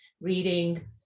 reading